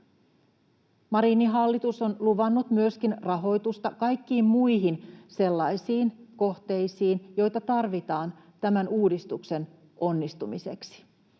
Marinin hallitus on luvannut rahoitusta myöskin kaikkiin muihin sellaisiin kohteisiin, joita tarvitaan tämän uudistuksen onnistumiseksi.